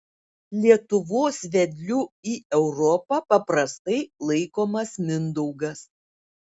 lietuvos vedliu į europą paprastai laikomas mindaugas